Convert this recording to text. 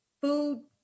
food